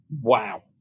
Wow